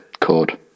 chord